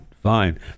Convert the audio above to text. fine